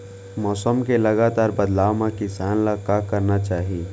मौसम के लगातार बदलाव मा किसान ला का करना चाही?